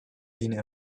been